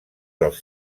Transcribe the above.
dels